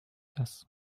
das